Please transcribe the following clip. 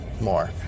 more